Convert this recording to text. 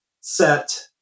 set